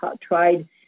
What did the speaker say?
tried